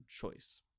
choice